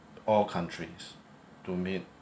all countries to meet